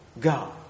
God